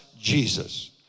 Jesus